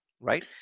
right